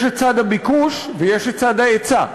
יש צד הביקוש ויש צד ההיצע.